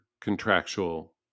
contractual